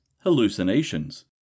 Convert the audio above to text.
hallucinations